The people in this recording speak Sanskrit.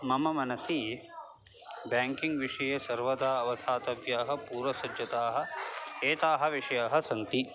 मम मनसि बेङ्किङ्ग् विषये सर्वदा अवधातव्याः पूर्वसज्जताः एते विषयाः सन्ति